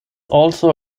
also